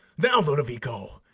now, lodovico!